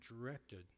directed